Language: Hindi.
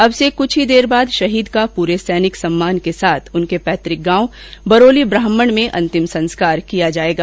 अब से कुछ देर बाद शहीद का पूरे सैन्य सम्मान के साथ उनके पैतृक गांव बरोली ब्राह्मण में अंतिम संस्कार किया जायेगा